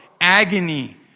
agony